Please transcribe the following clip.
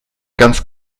ganz